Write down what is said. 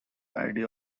idea